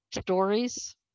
stories